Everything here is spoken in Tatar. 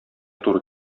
туры